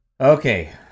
Okay